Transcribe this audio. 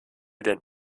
den